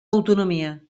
autonomia